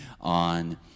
on